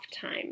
time